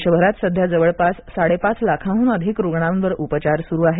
देशभरात सध्या जवळपास साडेपाच लाखांहून अधिक रूग्णावर उपचार सुरू आहेत